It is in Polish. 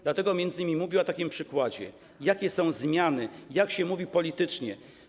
Dlatego m.in. mówię o takim przykładzie, jakie są zmiany, jak się mówi politycznie.